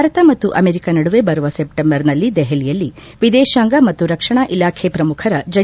ಭಾರತ ಮತ್ತು ಅಮೆರಿಕ ನಡುವೆ ಬರುವ ಸೆಪ್ಟೆಂಬರ್ನಲ್ಲಿ ದೆಹಲಿಯಲ್ಲಿ ವಿದೇತಾಂಗ ಮತ್ತು ರಕ್ಷಣಾ ಇಲಾಖೆ ಪ್ರಮುಖರ ಜಂಟಿ ಮಾತುಕತೆ